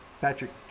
Patrick